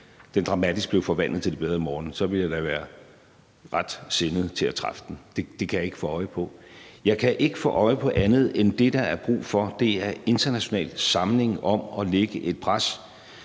Gaza dramatisk blev forvandlet til det bedre i morgen, ville jeg da være ret sindet til at træffe den. Det kan jeg ikke få øje på. Jeg kan ikke få øje på andet end, at det, der er brug for, er international samling om at lægge et pres,